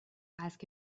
ask